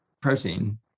protein